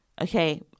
okay